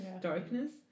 darkness